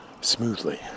smoothly